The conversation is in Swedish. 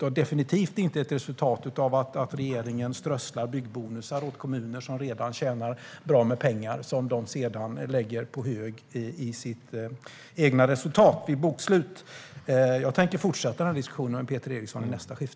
Det är definitivt inte ett resultat av att regeringen strösslar byggbonusar över kommuner som redan tjänar bra med pengar och som de sedan lägger på hög i sitt eget resultat vid bokslut.